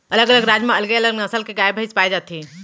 अलग अलग राज म अलगे अलग नसल के गाय भईंस पाए जाथे